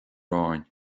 aráin